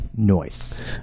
noise